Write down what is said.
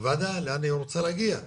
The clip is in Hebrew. והוועדה לאן היא רוצה להגיע.